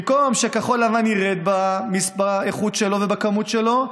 במקום שכחול-לבן ירד באיכות שלו ובכמות שלו,